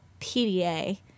PDA